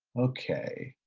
okay.